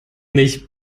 nicht